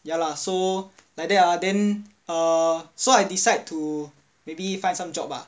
ya lah so like that ah then err so I decide to maybe find some job bah